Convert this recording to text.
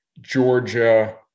Georgia